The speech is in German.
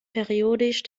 periodisch